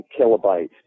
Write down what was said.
kilobytes